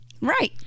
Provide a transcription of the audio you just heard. Right